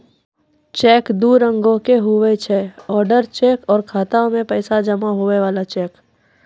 cheque दू रंगोके हुवै छै ओडर चेक आरु खाता मे पैसा जमा हुवै बला चेक